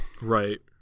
Right